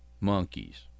monkeys